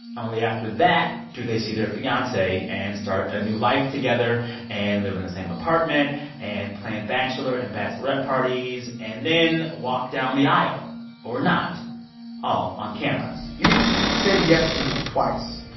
only after that do they see their fiance say and start a new life together and live in the same apartment and plan bachelor and bachelorette parties and then walk down the aisle or not all on camera you said yes to me twice